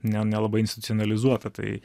ne nelabai inscionalizuota tai